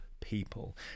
people